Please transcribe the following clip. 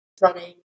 running